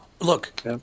look